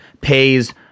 pays